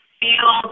feel